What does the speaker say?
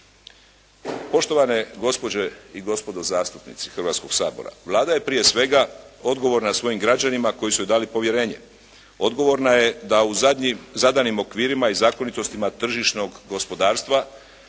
Poštovane gospođe i gospodo zastupnici Hrvatskoga sabora, Vlada je prije svega odgovorna svojim građanima koji su joj dali povjerenje. Odgovorna je da u zadanim okvirima i zakonitostima tržišnog gospodarstva